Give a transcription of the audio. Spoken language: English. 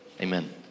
Amen